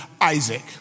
Isaac